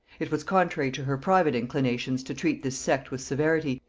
it was contrary to her private inclinations to treat this sect with severity,